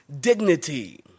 dignity